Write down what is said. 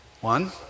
One